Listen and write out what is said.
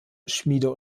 schmiede